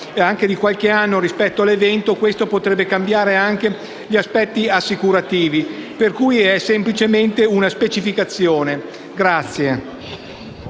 Grazie